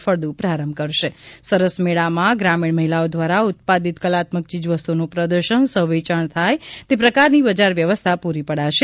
ફળદુ પ્રારંભ કરશે સરસ મેળામાં ગ્રામીણ મહિલાઓ દ્વારા ઉત્પાદીત કલાત્મક ચીજવસ્તુઓનું પ્રદર્શન સફ વેચાણ થાય તે પ્રકારની બજાર વ્યવસ્થા પુરી પડાશે